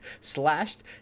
slashed